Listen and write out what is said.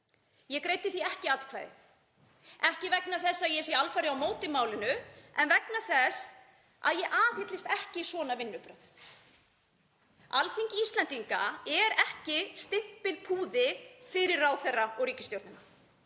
Ég greiddi því ekki atkvæði, ekki vegna þess að ég sé alfarið á móti málinu en vegna þess að ég aðhyllist ekki svona vinnubrögð. Alþingi Íslendinga er ekki stimpilpúði fyrir ráðherra og ríkisstjórnina.